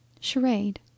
charade